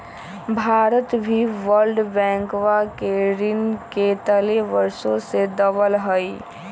भारत भी वर्ल्ड बैंकवा के ऋण के तले वर्षों से दबल हई